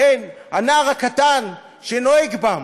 כן, הנער הקטן שנוהג בם,